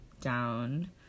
down